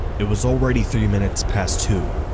it was already three minutes past two.